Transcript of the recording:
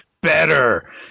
better